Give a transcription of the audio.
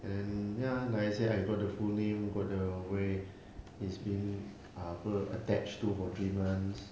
and then ya like I said I got the full name got the wage it's been ah apa been attached to for the three months